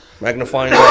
magnifying